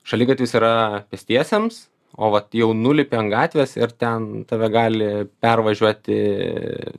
šaligatvis yra pėstiesiems o vat jau nulipi ant gatvės ir ten tave gali pervažiuoti